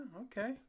Okay